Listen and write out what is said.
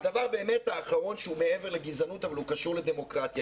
הדבר באמת האחרון שהוא מעבר לגזענות אבל הוא קשור לדמוקרטיה.